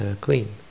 clean